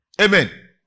Amen